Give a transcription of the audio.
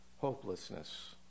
hopelessness